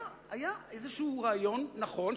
היה איזה רעיון נכון,